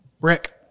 Rick